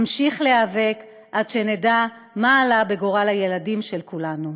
אמשיך להיאבק עד שנדע מה עלה בגורל הילדים של כולנו.